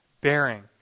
bearing